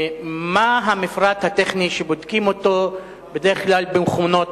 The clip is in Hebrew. מה המפרט הטכני שבודקים בדרך כלל במכונות